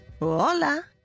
Hola